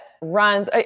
runs